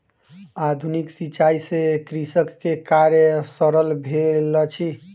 आधुनिक सिचाई से कृषक के कार्य सरल भेल अछि